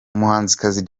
umuhanzikazi